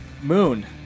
Moon